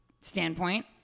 standpoint